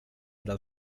dal